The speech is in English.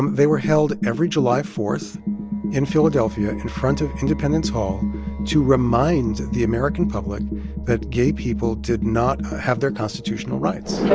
they were held every july four in philadelphia in front of independence hall to remind the american public that gay people did not have their constitutional rights.